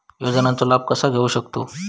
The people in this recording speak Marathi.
योजनांचा लाभ कसा घेऊ शकतू?